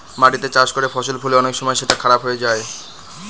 মাটিতে চাষ করে ফসল ফলিয়ে অনেক সময় সেটা খারাপ হয়ে যায়